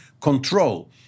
control